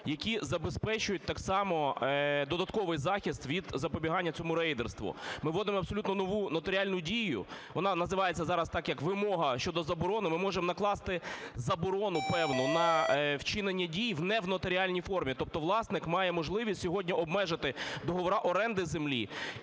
які забезпечують так само додатковий захист від запобігання цьому рейдерству. Ми вводимо абсолютно нову нотаріальну дію, вона називається зараз так, як вимога щодо заборони. Ми можемо накласти заборону певну на вчинення дій не в нотаріальній формі, тобто власник має можливість сьогодні обмежити договори оренди землі